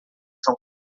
são